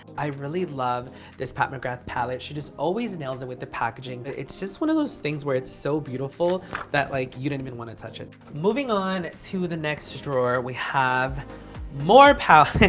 i really love this pat mcgrath palette. she just always nails it with the packaging. but it's just one of those things where it's so beautiful that, like, you don't even want to touch it. moving on to the next drawer. we have more palettes.